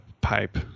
pipe